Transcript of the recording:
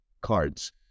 cards